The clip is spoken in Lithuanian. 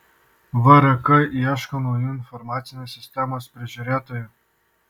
vrk ieško naujų informacinės sistemos prižiūrėtojų